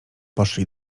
poszli